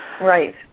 right